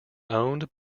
owned